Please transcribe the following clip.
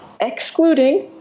excluding